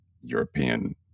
European